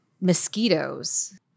mosquitoes